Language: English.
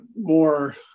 more